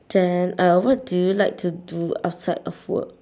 then uh what do you like to do outside of work